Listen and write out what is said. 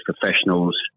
professionals